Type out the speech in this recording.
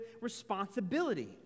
responsibility